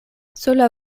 sola